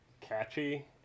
catchy